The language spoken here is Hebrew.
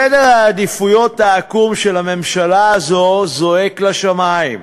סדר העדיפויות העקום של הממשלה הזאת זועק לשמים: